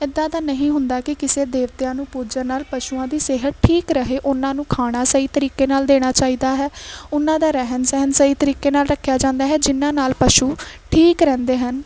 ਇਦਾਂ ਤਾਂ ਨਹੀਂ ਹੁੰਦਾ ਕਿ ਕਿਸੇ ਦੇਵਤਿਆਂ ਨੂੰ ਪੂਜਣ ਨਾਲ ਪਸ਼ੂਆਂ ਦੀ ਸਿਹਤ ਠੀਕ ਰਹੇ ਉਹਨਾਂ ਨੂੰ ਖਾਣਾ ਸਹੀ ਤਰੀਕੇ ਨਾਲ ਦੇਣਾ ਚਾਹੀਦਾ ਹੈ ਉਹਨਾਂ ਦਾ ਰਹਿਣ ਸਹਿਣ ਸਹੀ ਤਰੀਕੇ ਨਾਲ ਰੱਖਿਆ ਜਾਂਦਾ ਹੈ ਜਿਨਾਂ ਨਾਲ ਪਸ਼ੂ ਠੀਕ ਰਹਿੰਦੇ ਹਨ